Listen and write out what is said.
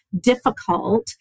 difficult